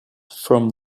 from